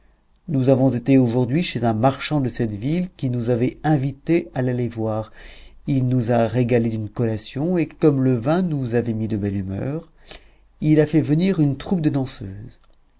nous avons été aujourd'hui chez un marchand de cette ville qui nous avait invités à l'aller voir il nous a régalés d'une collation et comme le vin nous avait mis de belle humeur il a fait venir une troupe de danseuses